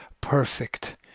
perfect